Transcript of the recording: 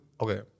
Okay